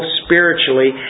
spiritually